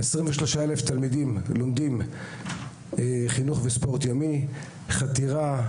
23,000 תלמידים לומדים חינוך וספורט ימי: חתירה,